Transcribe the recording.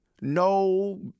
No